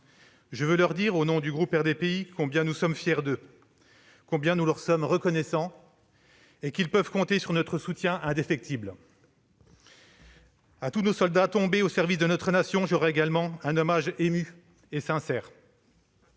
Je veux leur dire, au nom du groupe RDPI, combien nous sommes fiers d'eux et combien nous leur sommes reconnaissants. Ils peuvent compter sur notre soutien indéfectible. À tous nos soldats tombés au service de notre nation, je rends également un hommage ému et sincère.